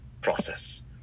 process